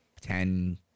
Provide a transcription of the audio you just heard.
ten